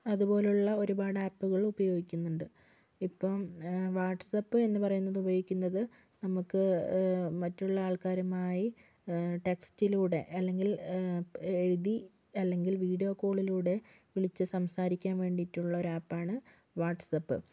അതുപോലെ ഉള്ള ഒരുപാട് ആപ്പുകൾ ഉപയോഗിക്കുന്നു ഇപ്പോൾ വാട്ട്സ്ആപ്പ് എന്ന് പറയുന്നത് ഉപയോഗിക്കുന്നത് നമുക്ക് മറ്റുള്ള ആൾക്കാരുമായി ടെസ്റ്റിലൂടെ അല്ലങ്കിൽ എഴുതി അല്ലങ്കിൽ വിഡിയോ കോളിലൂടെ വിളിച്ച് സംസാരിക്കാൻ വേണ്ടിട്ടുള്ള ഒരു ആപ്പ് ആണ് വാട്ട്സ്ആപ്പ്